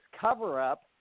cover-up